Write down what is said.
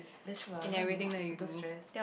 that's true ah not be super stressed